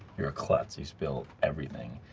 you're a klutz, you spill everything,